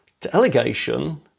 Delegation